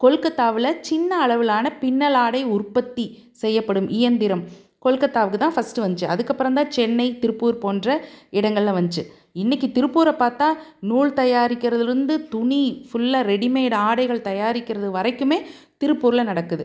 கொல்கத்தாவில் சின்ன அளவிலான பின்னல் ஆடை உற்பத்தி செய்யப்படும் இயந்திரம் கொல்கத்தாவுக்கு தான் ஃபஸ்ட்டு வந்துச்சி அதுக்கப்புறம் தான் சென்னை திருப்பூர் போன்ற இடங்களில் வந்துச்சி இன்றைக்கி திருப்பூரை பார்த்தா நூல் தயாரிக்கிறதில் இருந்து துணி ஃபுல்லாக ரெடி மேடு ஆடைகள் தயாரிக்கிறது வரைக்குமே திருப்பூரில் நடக்குது